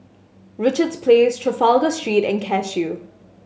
Richards Place Trafalgar Street and Cashew